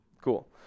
Cool